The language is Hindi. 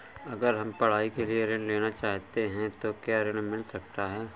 अगर हम पढ़ाई के लिए ऋण लेना चाहते हैं तो क्या ऋण मिल सकता है?